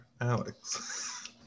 Alex